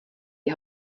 die